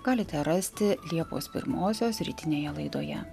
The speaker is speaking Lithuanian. galite rasti liepos pirmosios rytinėje laidoje